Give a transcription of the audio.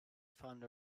found